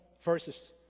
verses